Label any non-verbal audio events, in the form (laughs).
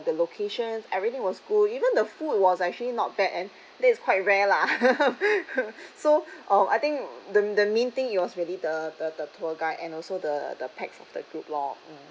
the locations everything was good even the food was actually not bad and that it's quite rare lah (laughs) so um I think the the main thing it was really the the the tour guide and also the the pax of the group lor mm